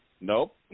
Nope